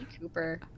Cooper